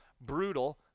brutal